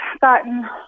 gotten